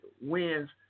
wins